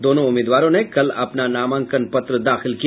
दोनों उम्मीदवारों ने कल अपना नामांकन पत्र दाखिल किया